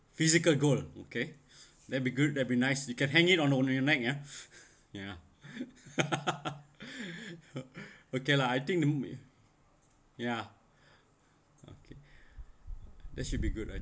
physical gold okay that'd be good that'd be nice you can hang it on your own neck ah ya okay lah I think the ya okay that should be good right